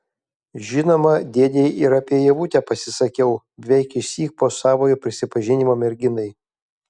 žinoma dėdei ir apie ievutę pasisakiau beveik išsyk po savojo prisipažinimo merginai